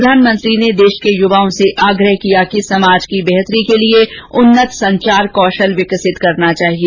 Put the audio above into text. प्रधानमंत्री ने देश के युवाओं से आग्रह किया कि समाज की बेहतरी के लिए उन्नत संचार कौशल विकसित करना चाहिए